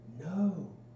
No